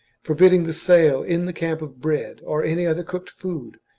forbidding the sale in the camp of bread or any other cooked food,